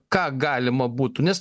ką galima būtų nes